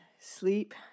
sleep